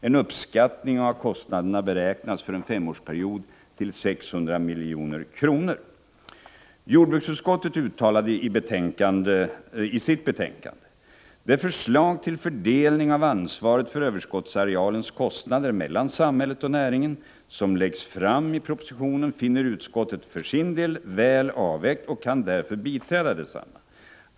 En uppskattning av kostnaderna beräknas för en femårsperiod till 600 milj.kr.” ”Det förslag till fördelning av ansvaret för överskottsarealens kostnader mellan samhället och näringen som läggs fram i propositionen finner utskottet för sin del väl avvägt och kan därför biträda detsamma.